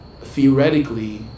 theoretically